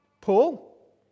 Paul